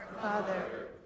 Father